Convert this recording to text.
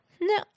No